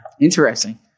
Interesting